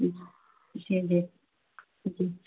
جی جی جی جی